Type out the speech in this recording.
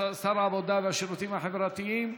שר העבודה והשירותים החברתיים,